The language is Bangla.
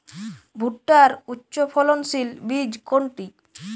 ভূট্টার উচ্চফলনশীল বীজ কোনটি?